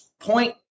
point